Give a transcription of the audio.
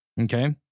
Okay